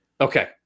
Okay